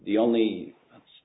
the only that's